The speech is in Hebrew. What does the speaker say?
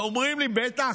אומרים לי: בטח,